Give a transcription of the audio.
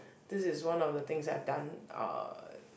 this is one of the things that I've done uh